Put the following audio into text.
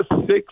six